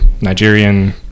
Nigerian